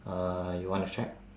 uh you want to check